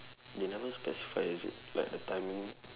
they never specify is it like the timing